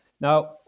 now